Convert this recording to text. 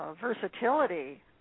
versatility